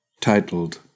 titled